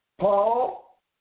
Paul